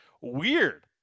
weird